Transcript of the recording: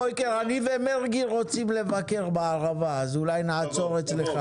פוליקר אני ומרגי רוצים לבקר בערבה אז אולי נעצור אצלך.